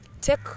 take